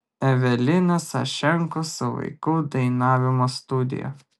evelina sašenko su vaikų dainavimo studija